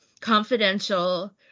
confidential